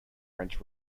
french